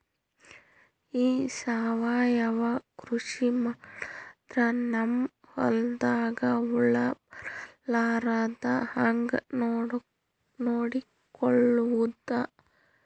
ಈ ಸಾವಯವ ಕೃಷಿ ಮಾಡದ್ರ ನಮ್ ಹೊಲ್ದಾಗ ಹುಳ ಬರಲಾರದ ಹಂಗ್ ನೋಡಿಕೊಳ್ಳುವುದ?